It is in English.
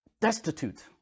destitute